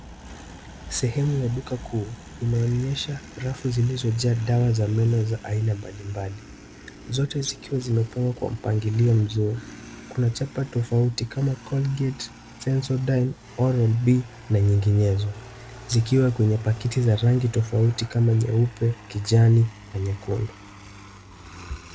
Sehemu ya duka kuu inaonyesha rafu zilizojaa dawa za meno za aina mbalimbali. Zote zikiwa zimepangwa kwa mpangilio mzuri. Kuna chapa tofauti kama Colgate, Sensodyne, Oral B na nyengizeno zikiwa kwenye pakiti za rangi tofauti kama nyeupe, kijani na nyekundu.